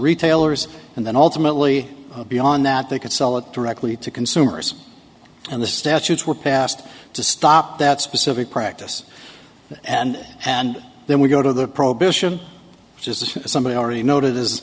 retailers and then ultimately beyond that they could sell it directly to consumers and the statutes were passed to stop that specific practice and and then we go to the prohibition just as somebody already noted is